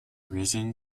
risen